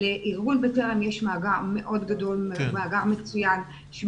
לארגון "בטרם" יש מאגר מאוד גדול, מאגר מצוין.